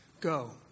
go